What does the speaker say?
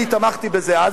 אני תמכתי בזה אז,